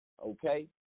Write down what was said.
Okay